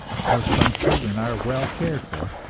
of course, some children are well cared for,